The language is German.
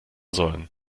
sollen